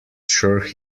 sure